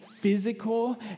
physical